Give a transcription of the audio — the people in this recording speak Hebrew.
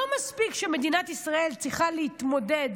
לא מספיק שמדינת ישראל צריכה להתמודד